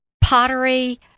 pottery